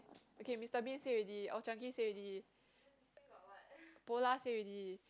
okay Mister Bean say already Old Chang-Kee say already Polar say already